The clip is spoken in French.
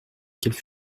qu’elle